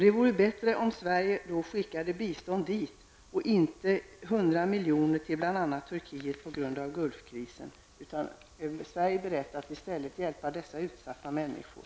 Det vore bättre om Sverige skickade bistånd dit och inte 100 miljoner till Turkiet på grund av Gulfkrisen. Är Sverige berett att i stället hjälpa dessa utsatta människor?